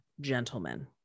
gentlemen